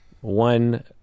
one